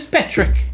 Patrick